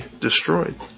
destroyed